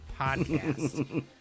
podcast